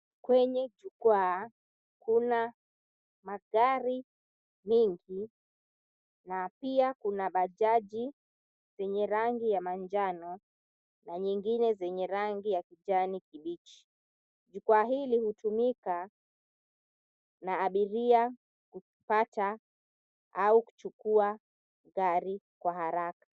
Kwenye jukwaa kuna magari mengi, na pia kuna bajaji zenye rangi ya mananjano na nyengine zenye rangi ya kijani kibichi. Jukwaa hili hutumika na abiria kupata au kuchukua gari kwa haraka.